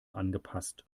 angepasst